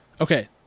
Okay